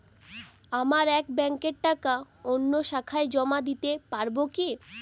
আমার এক ব্যাঙ্কের টাকা অন্য শাখায় জমা দিতে পারব কি?